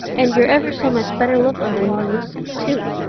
and you're ever so much better looking than you used to be, too.